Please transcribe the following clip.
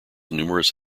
numerous